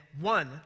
one